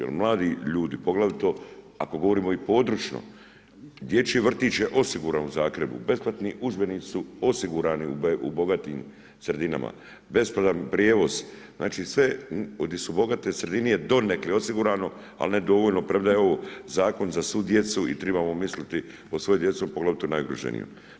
Jer mladi ljudi poglavito, ako govorimo i područno, dječji vrtić je osiguran u Zagrebu, besplatni udžbenici su osigurani u bogatim sredinama, besplatan prijevoz, znači sve gdje su bogate sredine je donekle osigurano, ali ne dovoljno, premda je ovo Zakon za svu djecu i trebamo misliti o svoj djeci, a poglavito najugroženijima.